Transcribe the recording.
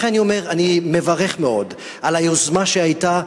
לכן אני מברך מאוד על היוזמה שהיתה,